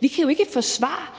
vi kan jo ikke forsvare